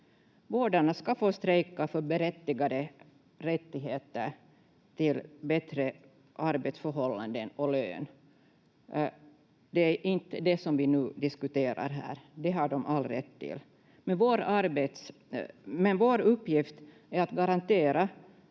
Vårdarna ska få strejka för berättigade rättigheter till bättre arbetsförhållanden och lön. Det är inte det som vi nu diskuterar här, det har de all rätt till, men vår uppgift är att garantera